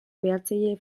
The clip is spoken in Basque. behatzaile